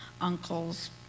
uncles